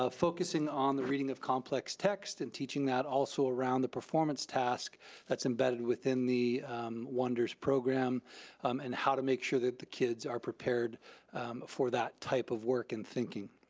ah focusing on the reading of complex text and teaching that also around the performance task that's embedded within the wonders program and how to make sure that the kids are prepared for that type of work and thinking.